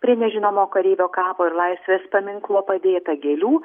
prie nežinomo kareivio kapo ir laisvės paminklo padėta gėlių